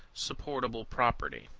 supportable property.